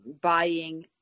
buying